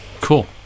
cool